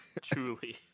truly